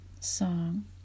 song